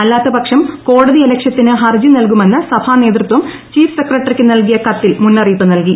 അല്ലാത്ത പക്ഷം കോടതിയലക്ഷ്യത്തിന് ഹർജി നൽകുമെന്ന് സഭാനേതൃത്വം ചീഫ് സെക്രട്ടറിക്ക് നൽകിയ കത്തിൽ മുന്നറിയിപ്പ് നൽകി